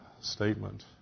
statement